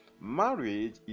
Marriage